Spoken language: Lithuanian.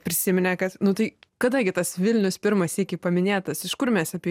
prisiminė kad nu tai kada gi tas vilnius pirmą sykį paminėtas iš kur mes apie